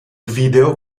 video